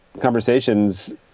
conversations